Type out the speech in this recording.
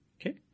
Okay